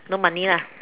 no money lah